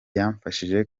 yamfashije